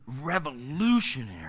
revolutionary